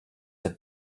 had